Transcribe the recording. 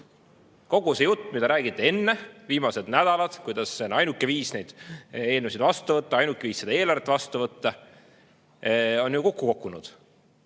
Kogu see jutt, mida räägiti enne, mida räägiti viimased nädalad, kuidas see on ainuke viis neid eelnõusid vastu võtta, ainuke viis seda eelarvet vastu võtta, on ju kokku kukkunud.